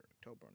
October